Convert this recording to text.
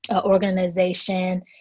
organization